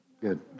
Good